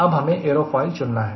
अब हमें एयरोफॉयल चुनना है